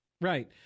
Right